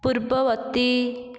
ପୂର୍ବବର୍ତ୍ତୀ